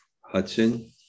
Hudson